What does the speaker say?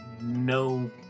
no